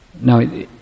Now